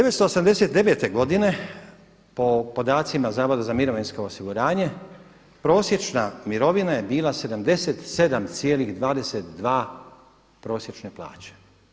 989. godine po podacima Zavoda za mirovinsko osiguranje prosječna mirovina je bila 77,22 prosječne plaće.